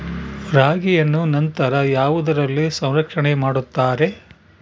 ರಾಗಿಯನ್ನು ನಂತರ ಯಾವುದರಲ್ಲಿ ಸಂರಕ್ಷಣೆ ಮಾಡುತ್ತಾರೆ?